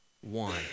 one